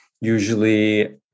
usually